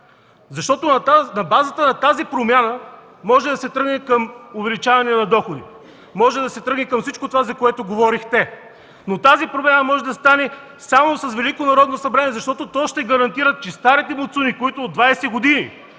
Защото на базата на тази промяна може да се тръгне към увеличаване на доходите, може да се тръгне към всичко това, за което говорихте. Но тази промяна може да стане само с Велико Народно събрание, защото то ще гарантира, че старите муцуни, които от 20 години